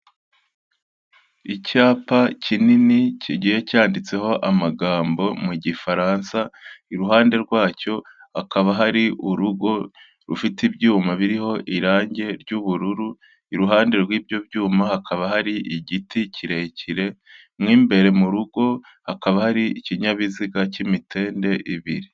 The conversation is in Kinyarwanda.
Icyapa kinini kigiye cyanditseho amagambo mu Gifaransa, iruhande rwacyo hakaba hari urugo rufite ibyuma biriho irangi ry'ubururu, iruhande rw'ibyo byuma hakaba hari igiti kirekire, mo imbere mu rugo hakaba hari ikinyabiziga cy'imitende ibiri.